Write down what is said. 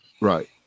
Right